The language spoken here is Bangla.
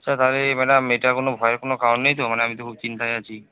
আচ্ছা তাহলে ম্যাডাম এটা কোনো ভয়ের কোনো কারণ নেই তো মানে আমি তো খুব চিন্তায় আছি